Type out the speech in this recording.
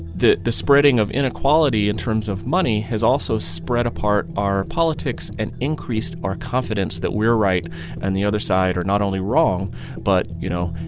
the the spreading of inequality in terms of money has also spread apart our politics and increased our confidence that we are right and the other side are not only wrong but, you know,